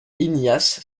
ignace